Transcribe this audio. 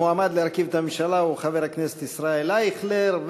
המועמד להרכיב את הממשלה הוא חבר הכנסת ישראל אייכלר,